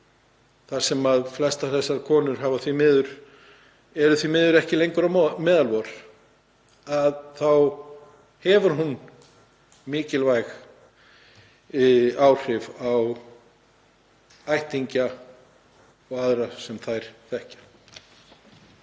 þar sem flestar þessar konur eru því miður ekki lengur á meðal vor, hefur hún mikilvæg áhrif á ættingja og aðra sem þær þekkja.